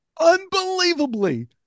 Unbelievably